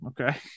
okay